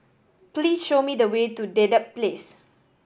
please show me the way to Dedap Place